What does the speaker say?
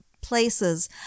places